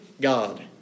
God